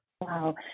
Wow